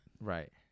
right